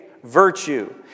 virtue